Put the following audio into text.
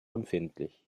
empfindlich